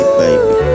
baby